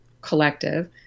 collective